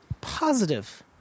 positive